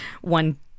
one